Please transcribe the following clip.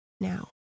now